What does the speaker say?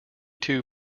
two